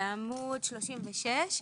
בעמוד 36,